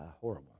horrible